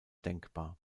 denkbar